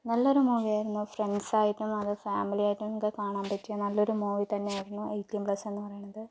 നല്ലൊരു മൂവിയായിരുന്നു ഫ്രണ്ട്സ് ആയിട്ടും അത് ഫാമിലിയായിട്ടും ഒക്കെ കാണാൻ പറ്റിയ നല്ലൊരു മൂവി തന്നെയായിരുന്നു എയ്റ്റീൻ പ്ലസ് എന്ന് പറയണത്